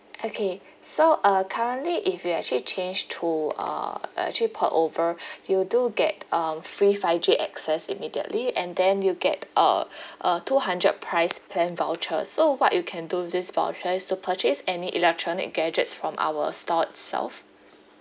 okay so uh currently if you actually change to uh uh actually port over you do get um free five G access immediately and then you get uh a two hundred price plan voucher so what you can do with this voucher is to purchase any electronic gadgets from our store itself